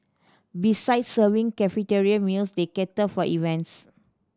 besides serving cafeteria meals they cater for events